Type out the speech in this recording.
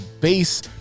base